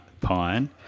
Pine